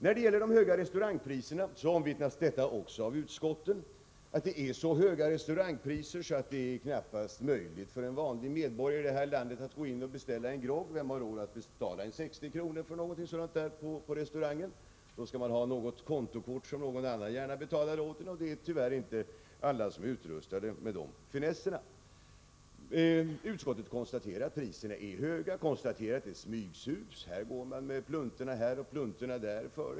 När det gäller de höga restaurangpriserna omvittnas det också av utskottet att de är så höga att det knappast är möjligt för en vanlig medborgare i det här landet att gå in och beställa en grogg. Vem har råd att betala 60 kr. för någonting sådant på en restaurang? Då skall man ha något kontokort som helst någon annan betalar åt en, och tyvärr är inte alla utrustade med sådana finesser. Utskottet konstaterar att priserna är höga och att det smygsups; man går med pluntorna både här och där.